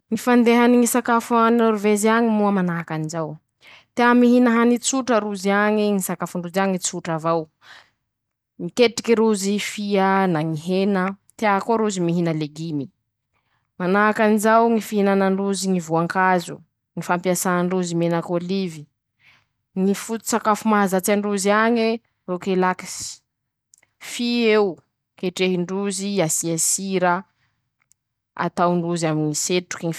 ñy fandehany ñy sakafo a Nôrivezy añy moa manahak'izao: Tea mihina hany tsotra rozy añy, ñy sakafo ndrozy añy tsotra avao, miketriky rozy fia na ñy hena, tea koa rozy legimy, manahakan'izao ñy fihinanandrozy ñy voankazo, ñy fampiasà ndrozy menaky ôlivy, ñy fototsy sakafo mahazatsy androzy añe rokelakisy, fia eo ketrehindrozy asia sira, ataondroze aminy ñ.